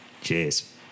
Cheers